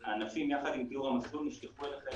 אני חושב שהוועדה צריכה לקיים דיון